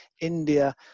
India